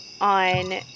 on